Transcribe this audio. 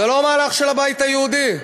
זה לא מהלך של הבית היהודי,